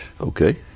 Okay